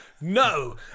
No